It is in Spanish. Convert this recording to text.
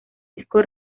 disco